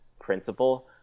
principle